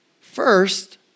First